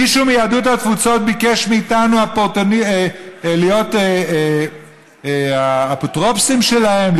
מישהו מיהדות התפוצות ביקש מאיתנו להיות אפוטרופוסים שלהם,